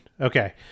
Okay